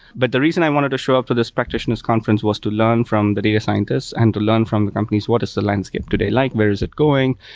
but the reason i wanted to show up for this practitioner s conference was to learn from the data scientists and to learn from the companies what is the landscape today like. where is it going?